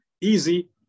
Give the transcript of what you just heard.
easy